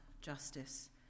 justice